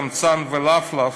קמצן ולפלף,